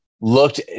looked